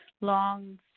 long